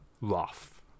rough